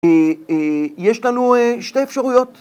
יש לנו שתי אפשרויות.